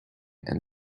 and